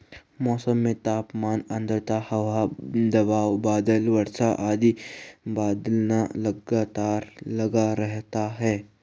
मौसम में तापमान आद्रता हवा का दबाव बादल वर्षा आदि का बदलना लगातार लगा रहता है